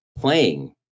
playing